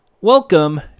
Welcome